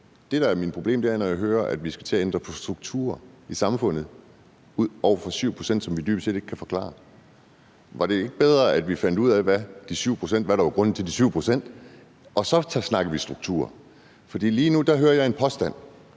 det, der er mit problem, er, når jeg hører, at vi skal til at ændre på strukturer i samfundet på grund af 7 pct., som vi dybest set ikke kan forklare. Var det ikke bedre, at vi fandt ud af, hvad der var grunden til de 7 pct., og så snakkede om strukturer? For lige nu hører jeg en påstand.